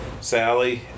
Sally